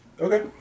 Okay